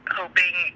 hoping